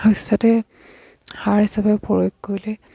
শস্যতেই সাৰ হিচপে প্ৰয়োগ কৰিলে